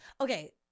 okay